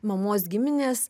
mamos giminės